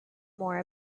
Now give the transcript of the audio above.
more